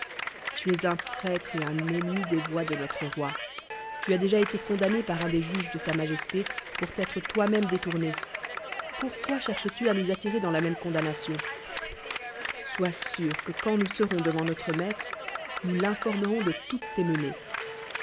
ta es un traître et un enimeini des voies de notre roi i tu as déjà été condamné par un des juges de sa majesté pour t'être toimême détourné ponrquoi cherchestu à nous attirer dans la même condamnation sois sûr que quand nous serons devant notre h aître nous l'informerons de toutes tes menées